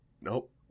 nope